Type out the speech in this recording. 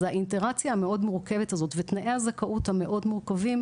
אז האינטראקציה המאוד מורכבת הזאת ותנאי הזכאות המאוד מורכבים,